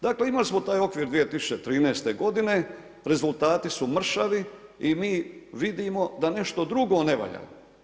Dakle, imali smo taj okvir 2013.g. rezultati su mršavi i mi vidimo da nešto drugo ne valja.